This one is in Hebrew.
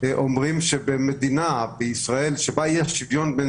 אומרים שבמדינה שבה אי-השוויון בין